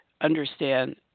understand